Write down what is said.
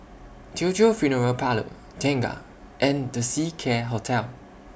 Teochew Funeral Parlour Tengah and The Seacare Hotel